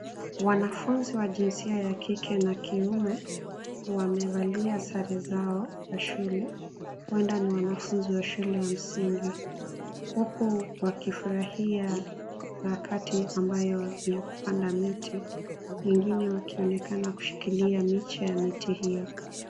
Wanafunzi wa jinsia ya kike na kiume wamevalia sare zao za shule, huenda ni wanafunzi wa shule za msingi. Huku wakifurahia harakati ambayo ni ya kupanda miti wengine wakionekana kushikilia miche ya miti hiyo.